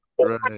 right